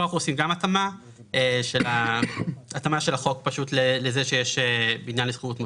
פה אנחנו עושים התאמה של החוק לזה שיש עכשיו בניין לשכירות מוסדית.